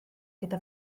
gyda